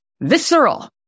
visceral